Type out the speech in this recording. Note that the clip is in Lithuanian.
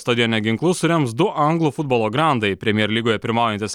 stadione ginklus surems du anglų futbolo grandai premier lygoje pirmaujantis